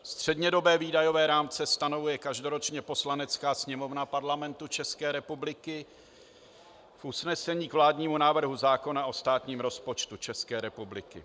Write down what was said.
Střednědobé výdajové rámce stanovuje každoročně Poslanecká sněmovna Parlamentu České republiky v usnesení k vládnímu návrhu zákona o státním rozpočtu České republiky.